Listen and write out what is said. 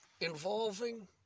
involving